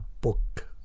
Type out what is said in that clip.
book